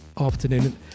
afternoon